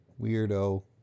Weirdo